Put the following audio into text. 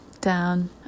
down